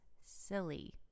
silly